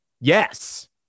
Yes